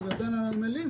זה עדיין הדיון על הנמלים?